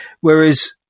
Whereas